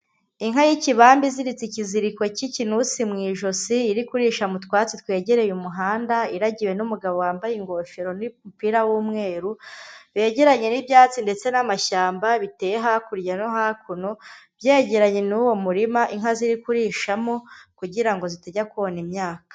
Inka y'ikibamba iziritse ikiziriko cy'ikinusi mu ijosi, iri kurisha mu twatsi twegereye umuhanda, iragiwe n'umugabo wambaye ingofero n'umupira w'umweru, begeranye n'ibyatsi ndetse n'amashyamba biteye hakurya no hakuno, byegeranye n'uwo murima inka ziri kurishamo kugira ngo zitajya kona imyaka.